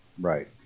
Right